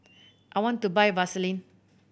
I want to buy Vaselin